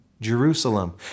Jerusalem